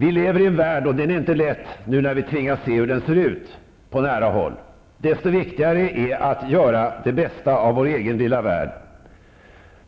Vi lever i en värld, och den är inte lätt nu när vi tvingas se hur den ser ut på nära håll. Då är det desto viktigare att vi gör det bästa av vår egen lilla värld.